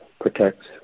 protects